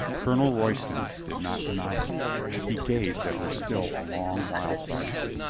colonel royston did not deny it he gazed at her still a long while silent,